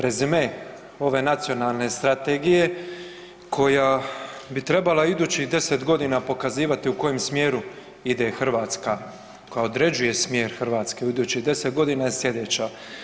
Rezime ove nacionalne strategije koja bi trebala idućih 10 g. pokazivati u kojem smjeru ide Hrvatska, koja određuje smjer Hrvatske u idućih 10 g. je slijedeća.